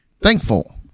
Thankful